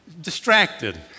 Distracted